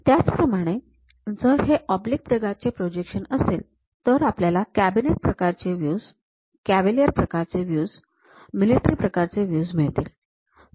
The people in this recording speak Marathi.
त्याचप्रमाणे जर हे ऑब्लिक प्रकारचें प्रोजेक्शन असेल तर आपल्याला कॅबिनेट प्रकारचे व्ह्यूज कॅव्हेलिअर प्रकारचे व्ह्यूज मिलिटरी प्रकारचें व्ह्यूज मिळतील